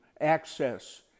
access